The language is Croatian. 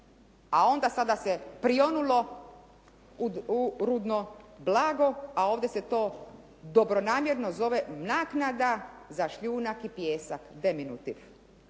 a onda sada se prionulo u rudno blago a ovdje se to dobronamjerno zove naknada za šljunak i pijesak.